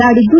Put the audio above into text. ನಾಡಿದ್ದು